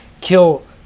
kill